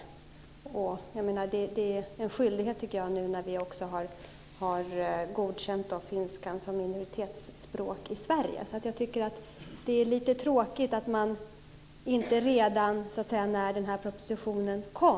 Jag tycker att det är en skyldighet nu när vi har godkänt finskan som minoritetsspråk. Det är lite tråkigt att man inte hade detta klart redan när propositionen kom.